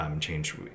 change